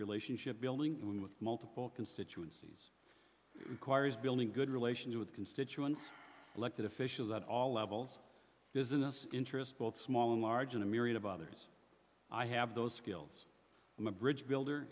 relationship building with multiple constituencies requires building good relations with constituents elected officials at all levels business interest both small and large in a myriad of others i have those skills i'm a bridge builder